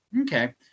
okay